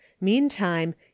meantime